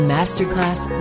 Masterclass